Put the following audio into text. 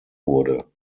wurde